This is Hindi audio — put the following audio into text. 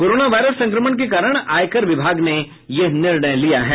कोरोना वायरस संक्रमण के कारण आयकर विभाग ने यह निर्णय लिया है